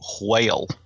whale